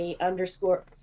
underscore